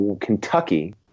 Kentucky –